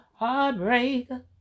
heartbreaker